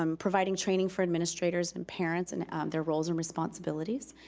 um providing training for administrators and parents in their roles and responsibilities.